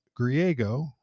Griego